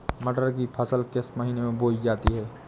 मटर की फसल किस महीने में बोई जाती है?